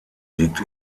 liegt